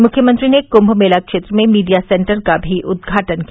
मुख्यमंत्री ने कुंभ मेला क्षेत्र में मीडिया सेन्टर का भी उद्घाटन किया